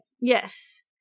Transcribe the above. Yes